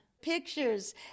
Pictures